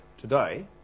today